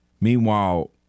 Meanwhile